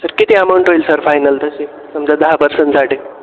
sir किती amount होईल sir final तशी समजा दहा पर्सनसाठी